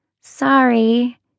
Sorry